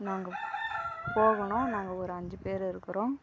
நாங்கள் போகணும் நாங்கள் ஒரு அஞ்சு பேர் இருக்கிறோம்